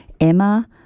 Emma